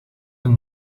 een